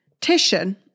Titian